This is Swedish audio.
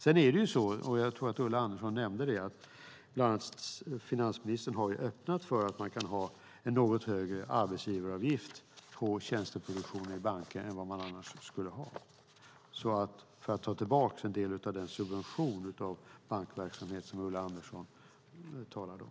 Sedan har - jag tror att Ulla Andersson nämnde det - bland annat finansministern öppnat för att man kan ha en något högre arbetsgivaravgift vad gäller tjänsteproduktionen i banker än vad man annars skulle ha för att ta tillbaka en del av den subvention av bankverksamhet som Ulla Andersson talade om.